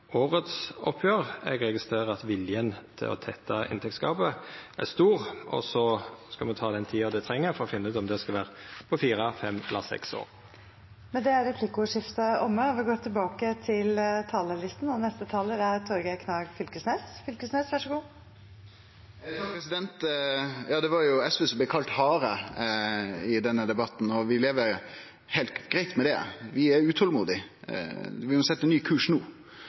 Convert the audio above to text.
oppgjer. Eg registrerer at viljen til å tetta inntektsgapet er stor, og så skal me ta den tida som trengst for å finna ut om det skal vera på fire, fem eller seks år. Replikkordskiftet er omme. Det var SV som blei kalla hare i denne debatten. Vi lever heilt greitt med det. Vi er utolmodige. Vi må setje ny kurs no. Jordbruket i Noreg blir bygd ned med dagens politiske kurs. Det blir færre bruk, jorda går ut av bruk. Det